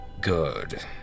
Good